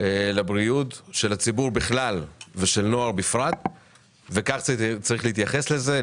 לבריאות של הציבור בכלל ושל נוער בפרט וכך צריך להתייחס לזה.